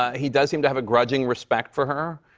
he does seem to have a grudging respect for her.